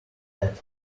head